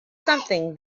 something